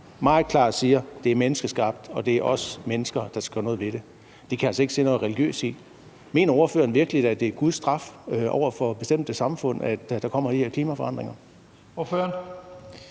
meget klart, at det er menneskeskabt, og at det er os mennesker, der skal gøre noget ved det. Det kan jeg altså ikke se noget religiøst i. Mener ordføreren virkelig, at det er Guds straf over nogle bestemte samfund, at der kommer de her klimaforandringer? Kl.